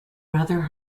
rather